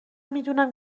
میدونم